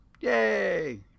Yay